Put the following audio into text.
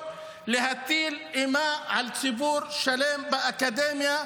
מטילים אימה על ציבור שלם באקדמיה,